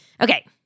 Okay